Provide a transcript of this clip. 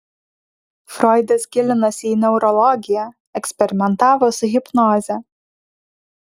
froidas gilinosi į neurologiją eksperimentavo su hipnoze